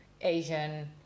Asian